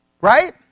right